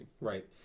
Right